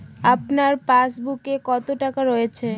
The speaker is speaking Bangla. আপনার পাসবুকে কত টাকা রয়েছে?